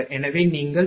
எனவே நீங்கள் V0